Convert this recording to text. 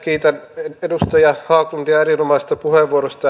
kiitän edustaja haglundia erinomaisesta puheenvuorosta